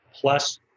plus